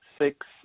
six